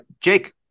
Jake